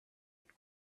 that